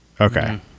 okay